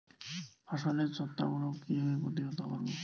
ফসলের ছত্রাক রোগ কিভাবে প্রতিহত করব?